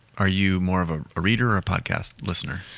are you more of ah a reader a podcast listener?